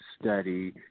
study